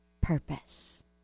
purpose